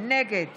נגד